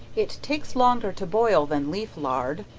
it takes longer to boil than leaf lard,